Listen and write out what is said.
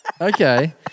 Okay